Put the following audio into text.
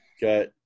Got